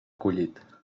collit